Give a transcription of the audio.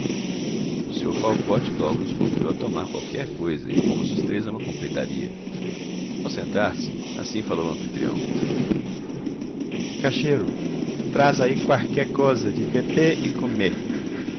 o senhor falcote logo nos convidou a tomar qualquer coisa e fomos os três a uma confeitaria ao sentar-se assim falou o anfitrião caxero traz aí quarqué cosa de bebê e comê